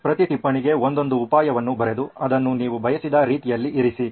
ಪ್ರತಿ ಟಿಪ್ಪಣಿಗೆ ಒಂದೊಂದು ಉಪಾಯವನ್ನು ಬರೆದು ಅದನ್ನು ನೀವು ಬಯಸಿದ ರೀತಿಯಲ್ಲಿ ಇರಿಸಿ